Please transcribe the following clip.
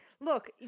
Look